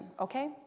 okay